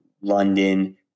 London